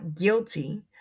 guilty